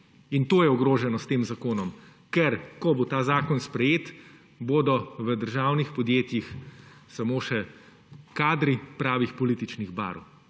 in to je ogroženo s tem zakonom, ker ko bo ta zakon sprejet bodo v državnih podjetjih samo še kadri pravih političnih barv.